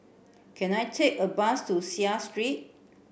can I take a bus to Seah Street